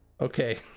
Okay